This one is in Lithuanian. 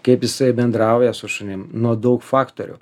kaip jisai bendrauja su šunim nuo daug faktorių